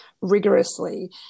rigorously